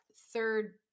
third